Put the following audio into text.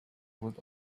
would